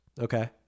Okay